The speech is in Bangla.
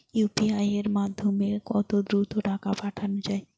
ইউ.পি.আই এর মাধ্যমে কত দ্রুত টাকা পাঠানো যায়?